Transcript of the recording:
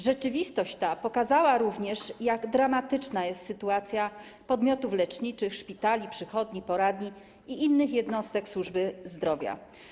Rzeczywistość ta pokazała również, jak dramatyczna jest sytuacja podmiotów leczniczych, szpitali, przychodni, poradni i innych jednostek służby zdrowia.